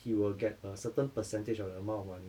he will get a certain percentage of that amount of money